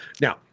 now